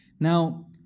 Now